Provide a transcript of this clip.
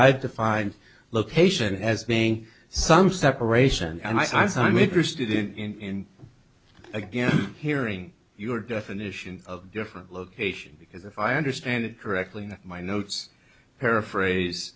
i define location as being some separation and i'm interested in again hearing your definition of different location because if i understand it correctly in my notes paraphrase